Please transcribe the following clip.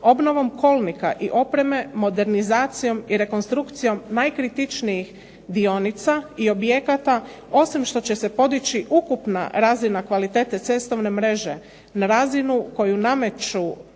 Obnovom kolnika i opreme modernizacijom i rekonstrukcijom najkritičnijih dionica, i objekata osim što će se podići ukupna razina kvalitete cestovne mreže, na razinu koju nameću